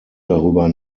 darüber